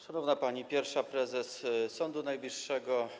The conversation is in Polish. Szanowna Pani Pierwsza Prezes Sądu Najwyższego!